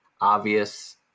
obvious